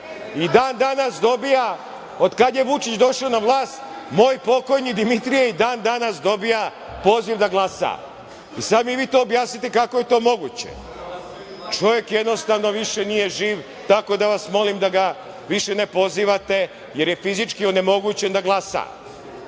i dan danas dobija od kada je Vučić došao na vlast, moj pokojni Dimitrije, poziv da glasa. Sada mi objasnite kako je to moguće? Čovek jednostavno više nije živ, tako da vas molim da ga više ne pozivate jer je fizički onemogućen da glasa. Druga